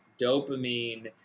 dopamine